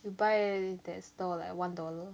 you buy that store like one dollar